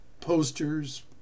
posters